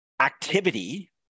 activity